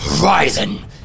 horizon